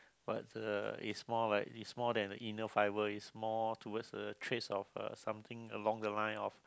but uh it's more like it's more than inner fibre it's towards the traits of uh something along the line of